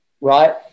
Right